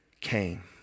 came